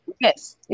Yes